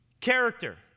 Character